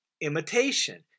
imitation